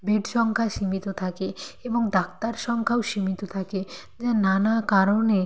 bed সংখ্যা সীমিত থাকে এবং ডাক্তার সংখ্যাও সীমিত থাকে যে নানা কারণে